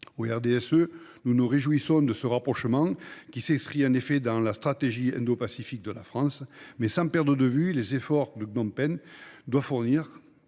RDSE se réjouit de ce rapprochement, qui s’inscrit en effet dans la stratégie indo pacifique de la France, mais sans perdre de vue les efforts que Phnom Penh doit fournir